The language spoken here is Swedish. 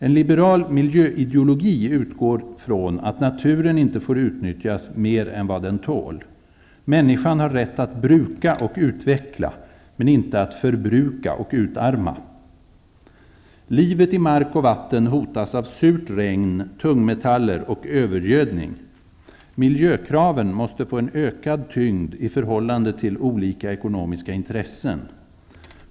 En liberal miljöideologi utgår från att naturen inte får utnyttjas mer än vad den tål. Människan har rätt att bruka och utveckla, men inte att förbruka och utarma. Livet i mark och vatten hotas av surt regn, tungmetaller och övergödning. Miljökraven måste få en ökad tyngd i förhållande till olika ekonomiska intressen.